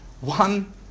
One